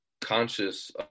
conscious